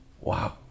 Wow